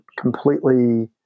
completely